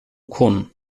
korn